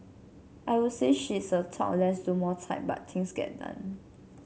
I would say she's a talk less do more type but things get done